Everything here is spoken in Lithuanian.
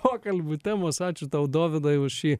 pokalbių temos ačiū tau dovydai už šį